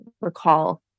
recall